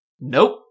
nope